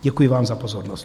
Děkuji vám za pozornost.